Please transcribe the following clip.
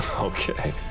Okay